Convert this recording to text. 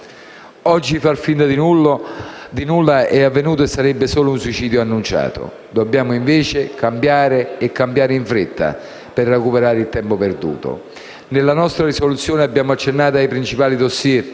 Oggi far finta che nulla sia avvenuto sarebbe solo un suicidio annunciato. Dobbiamo, invece, cambiare e cambiare in fretta per recuperare il tempo perduto. Nella nostra risoluzione abbiamo accennato ai principali *dossier*: